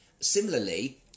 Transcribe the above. Similarly